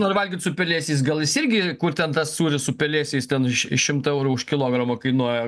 nori valgyt su pelėsiais gal jis irgi kur ten tas sūris su pelėsiais ten už š šimtą eurų už kilogramą kainuoja